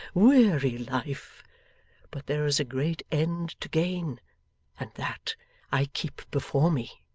weary life but there is a great end to gain and that i keep before me